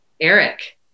Eric